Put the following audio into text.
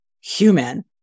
human